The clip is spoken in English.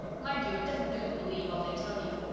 mind you, it doesn't do to believe all they tell you.